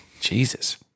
Jesus